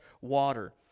water